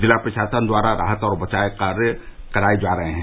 जिला प्रशासन द्वारा राहत और बचाव कार्य कराये जा रहे हैं